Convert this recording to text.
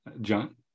John